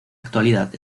actualidad